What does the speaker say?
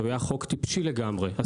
שהיה חוק טיפשי לגמרי,